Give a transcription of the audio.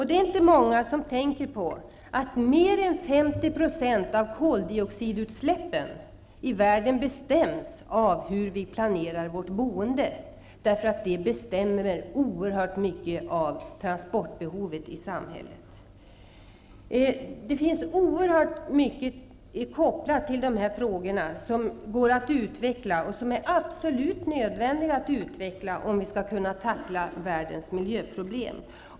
Det är inte många som tänker på att mer än 50 % av koldioxidutsläppen i världen är beroende av hur vi planerar vårt boende, eftersom det styr transportbehovet i samhället. Det finns oerhört mycket kopplat till dessa frågor, som går att utveckla och som det är absolut nödvändigt att utveckla, om man skall kunna tackla världens miljöproblem.